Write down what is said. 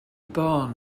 barn